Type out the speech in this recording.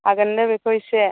हागोननो बेखौ एसे